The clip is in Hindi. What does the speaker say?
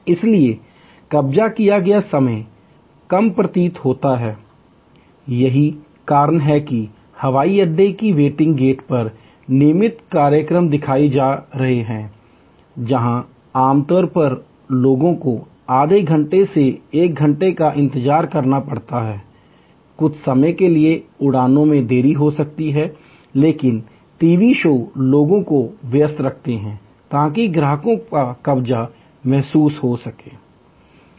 इसलिए कब्ज़ा किया गया समय कम प्रतीत होता है यही कारण है कि हवाई अड्डों के बोर्डिंग गेट पर नियमित कार्यक्रम दिखाए जा रहे हैं जहां आमतौर पर लोगों को आधे घंटे से एक घंटे तक इंतजार करना पड़ता है कुछ समय के लिए उड़ानों में देरी हो सकती है लेकिन टीवी शो लोगों को व्यस्त रखते हैं ताकि ग्राहकों का कब्जा महसूस हो बेहतर